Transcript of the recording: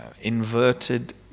inverted